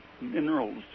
minerals